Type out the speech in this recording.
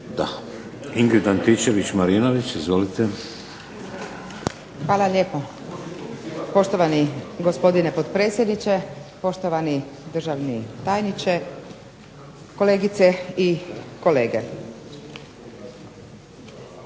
**Antičević Marinović, Ingrid (SDP)** Hvala lijepo. Poštovani gospodine potpredsjedniče, poštovani državni tajnice, kolegice i kolege